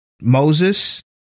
Moses